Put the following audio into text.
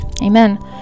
amen